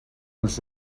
els